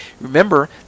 Remember